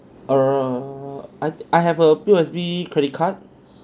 err I I have a P_O_S_B credit card